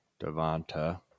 Devonta